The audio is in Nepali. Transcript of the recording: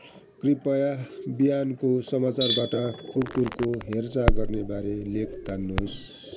कृपया बिहानको समाचारबाट कुकुरको हेर्चाह गर्नेबारे लेख तान्नुहोस्